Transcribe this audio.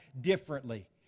differently